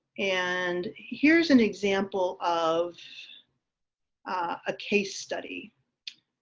and here's an example of a case study.